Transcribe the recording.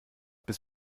bis